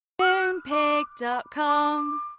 Moonpig.com